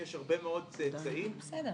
יש הרבה מאוד צאצאים ואנחנו --- בסדר,